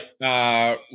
right